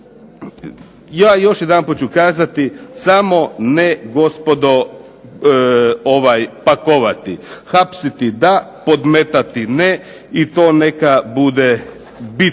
Ja još jedanput ću kazati, samo ne gospodo pakovati. Hapsiti da, podmetati ne i to neka bude bit